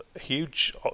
huge